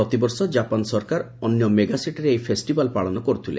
ପ୍ରତିବର୍ଷ ଜାପାନ ସରକାର ଅନ୍ୟ ମେଗା ସିଟିରେ ଏହି ଫେଷିଭାଲ ପାଳନ କରୁଥିଲେ